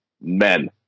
Men